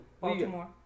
Baltimore